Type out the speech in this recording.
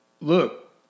look